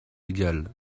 égal